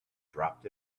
dropped